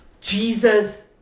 Jesus